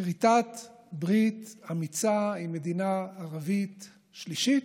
כריתת ברית אמיצה עם מדינה ערבית שלישית,